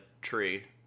Tree